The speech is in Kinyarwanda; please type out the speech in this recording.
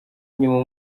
inyuma